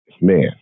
Man